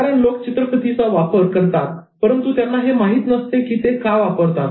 कारण लोक चित्रफिती वापरतात परंतु त्यांना हे माहीत नसते की ते का वापरतात